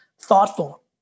thoughtful